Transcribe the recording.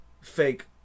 fake